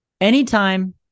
anytime